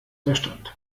verstand